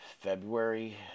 February